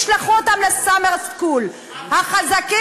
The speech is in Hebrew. ישלחו אותם ל"סאמר סקול"; החזקים,